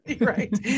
Right